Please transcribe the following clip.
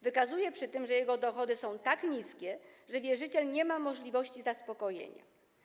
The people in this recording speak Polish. Wykazuje przy tym, że jego dochody są tak niskie, że wierzyciel nie ma możliwości zaspokojenia.